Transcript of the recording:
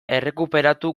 errekuperatu